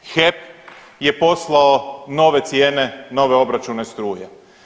HEP je poslao nove cijene, nove obračune struje.